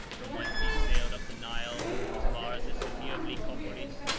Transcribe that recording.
from whence he sailed up the nile, as far as the city of lycopolis,